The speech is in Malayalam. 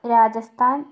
രാജസ്ഥാൻ